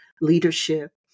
leadership